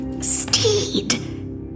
Steed